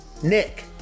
Nick